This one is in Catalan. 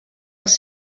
els